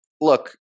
look